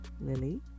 Lily